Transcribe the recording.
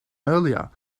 earlier